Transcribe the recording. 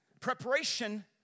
Preparation